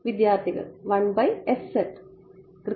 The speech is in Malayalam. വിദ്യാർത്ഥികൾ 1 by s z